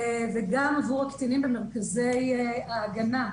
וגם עבור הקטינים במרכזי ההגנה.